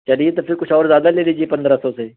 چلیے تب پھر کچھ اور زیادہ لے لیجیے پندرہ سو سے